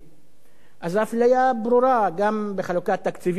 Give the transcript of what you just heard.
אז האפליה ברורה: גם בחלוקת תקציבים לתשתיות,